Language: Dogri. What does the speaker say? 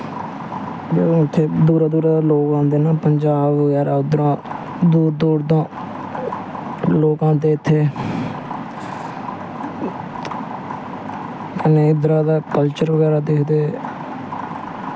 उत्थें दूरा दूरा दे लोग आंदे नै पंजाब बगैर दा उध्दर दूर दूर दा लोक आंदे इत्थें कन्नै इध्दरा दा कल्चर बगैरा दिखदे